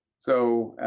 so